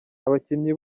abakinnyi